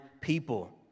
people